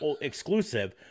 exclusive